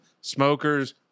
Smoker's